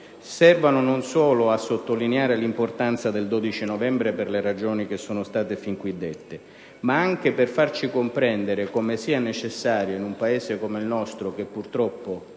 serve non solo a sottolineare l'importanza del 12 novembre per le ragioni fin qui dette, ma anche per farci comprendere come sia necessario in un Paese come il nostro, che purtroppo